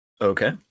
Okay